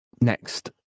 next